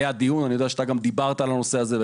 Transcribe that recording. היה כבר דיון ואני יודע שגם אתה דיברת על הנושא הזה,